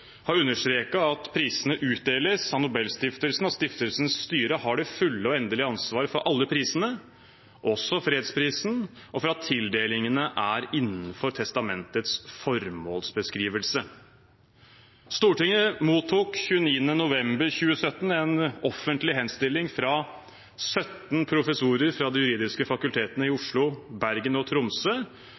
har understreket at prisene utdeles av Nobelstiftelsen, og at stiftelsens styre har det fulle og endelige ansvaret for alle prisene, også fredsprisen, og for at tildelingene er innenfor testamentets formålsbeskrivelse. Stortinget mottok 29. november 2017 en offentlig henstilling fra 17 professorer fra de juridiske fakultetene i Oslo, Bergen og Tromsø